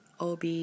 OB